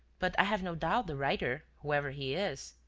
but i have no doubt the writer, whoever he is,